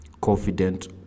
confident